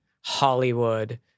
Hollywood